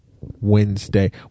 wednesday